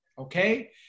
okay